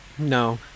No